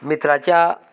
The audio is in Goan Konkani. मित्राच्या